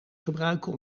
gebruiken